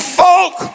folk